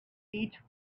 each